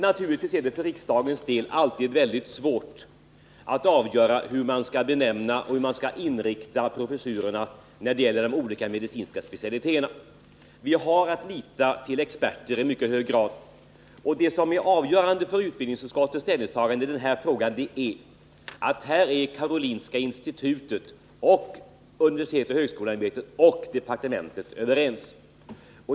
Naturligtvis är det för riksdagens del alltid svårt att avgöra hur man skall benämna och inrikta professurerna när det gäller de olika medicinska specialiteterna. Vi har att lita till experter, och det som är avgörande för utbildningsutskottets ställningstagande i den här frågan är att här är Karolinska institutet, universitetsoch högskoleämbetet och departementet överens.